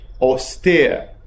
austere